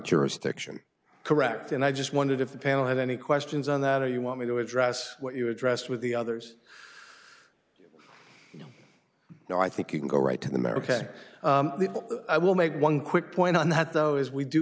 jurisdiction correct and i just wondered if the panel had any questions on that or you want me to address what you addressed with the others now i think you can go right to the american i will make one quick point on that though as we do